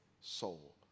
soul